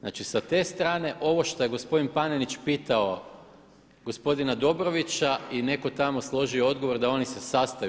Znači sa te strane ovo što je gospodin Panenić pitao gospodina Dobrovića i netko tamo složio odgovor da oni se sastaju.